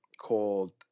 called